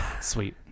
Sweet